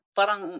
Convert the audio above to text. Parang